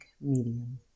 Medium